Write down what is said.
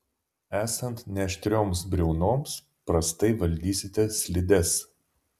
esant neaštrioms briaunoms prastai valdysite slides